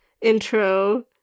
intro